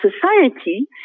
society